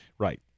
right